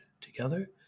Together